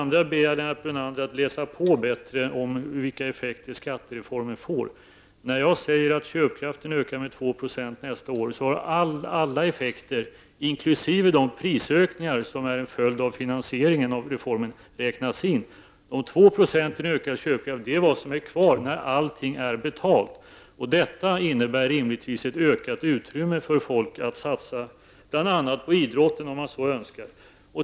Vidare ber jag Lennart Brunander att läsa på bättre om de effekter som skattereformen kommer att få. När jag säger att köpkraften kommer att öka med 2 % i ökad köpkraft är vad som blir kvar när allting är betalt. Detta innebär rimligtvis ett ökat utrymme för folk att satsa bl.a. på idrotten, om man så önskar.